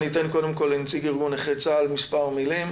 אני אתן קודם כל לנציג ארגון נכי צה"ל מספר מילים,